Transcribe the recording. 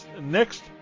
next